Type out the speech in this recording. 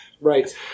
Right